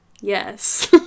Yes